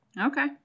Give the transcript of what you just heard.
Okay